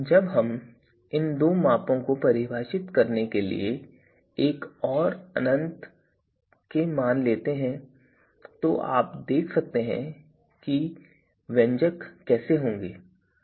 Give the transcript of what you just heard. जब हम इन दो मापों को परिभाषित करने के लिए एक और अनंत के मान लेते हैं तो आप देख सकते हैं कि व्यंजक कैसे होंगे